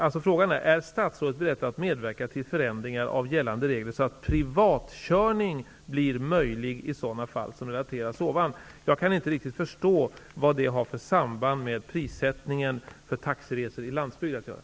Han frågar: ''Är statsrådet beredd medverka till förändringar av gällande regler så att privatkörning blir möjlig i sådana fall som relaterats ovan?'' Jag kan inte riktigt förstå vad detta har för samband med prissättningen för taxiresor på landsbygden.